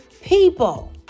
people